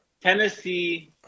Tennessee